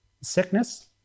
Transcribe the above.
sickness